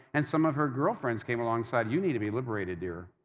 and some of her girlfriends came along, said, you need to be liberated, dear.